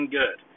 good